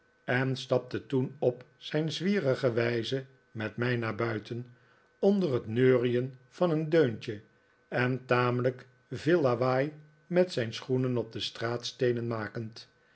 en stapte toen op zijn zwierige wijze met mij naar buiten onder het neurien van een deuntje en tamelijk veel lawaai met zijn schoenen on de straatsteenen makend